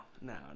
no